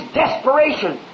desperation